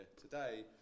today